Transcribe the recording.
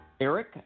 Eric